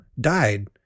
died